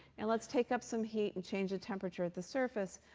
and let's take up some heat and change the temperature at the surface.